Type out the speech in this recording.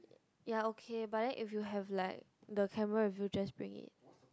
ya okay but then if you have like the camera with you just bring it